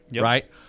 right